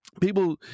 people